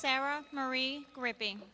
sarah marie gripping